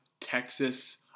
Texas